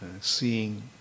seeing